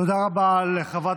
תודה רבה לחברת